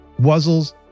Wuzzles